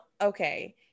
okay